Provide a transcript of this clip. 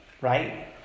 Right